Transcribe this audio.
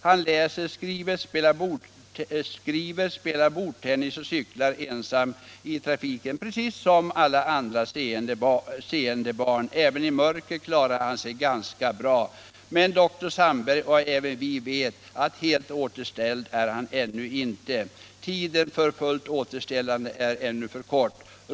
Han läser, skriver, spelar bordtennis och cyklar ensam i trafiken precis som alla andra seende barn, även i mörker klarar han sig nu ganska bra. Men Dr. Sandberg och även vi vet, att helt återställd är han ännu inte, tiden för fullt återställande är ännu för kort.